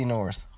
North